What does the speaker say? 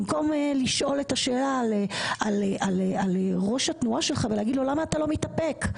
במקום לשאול את השאלה על ראש התנועה שלך ולהגיד לו למה אתה לא מתאפק,